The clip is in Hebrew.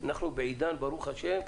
ברוך ה',